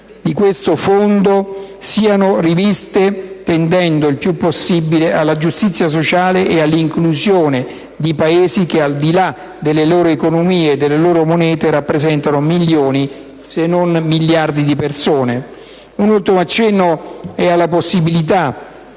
di questo Fondo siano riviste tendendo il più possibile alla giustizia sociale ed all'inclusione di Paesi che, al di là delle loro economie e delle loro monete, rappresentano milioni, se non miliardi di persone. Un ultimo accenno è alla possibilità